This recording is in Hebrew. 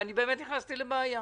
ואני באמת נכנסתי לבעיה,